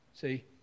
See